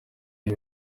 iba